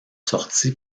sortis